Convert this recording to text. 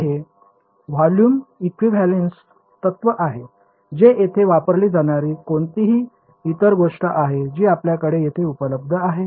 तर हे volume equivalence तत्त्व आहे जे येथे वापरली जाणारी कोणतीही इतर गोष्ट आहे जी आपल्यासाठी येथे उपलब्ध आहे